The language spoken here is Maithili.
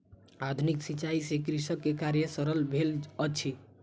आधुनिक सिचाई से कृषक के कार्य सरल भेल अछि